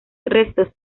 restos